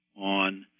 on